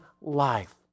life